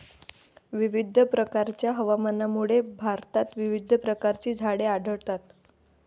विविध प्रकारच्या हवामानामुळे भारतात विविध प्रकारची झाडे आढळतात